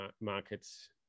markets